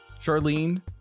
Charlene